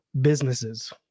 businesses